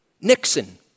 Nixon